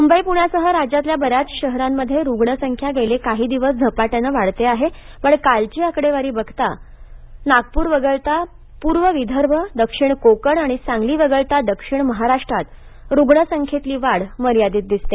मुंबई पूण्यासह राज्यातल्या बऱ्याच शहरांत रुग्णसंख्या गेले काही दिवस झपाट्यानं वाढते आहे पण कालची आकडेवारी बघता नागपूर वगळता पूर्व विदर्भ दक्षिण कोकण आणि सांगली वगळता दक्षिण महाराष्ट्रात रुग्णसंख्येतली वाढ मर्यादित दिसते